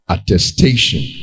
Attestation